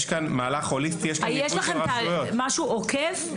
יש כאן מהלך הוליסטי --- יש לכם משהו עוקף?